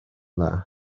dda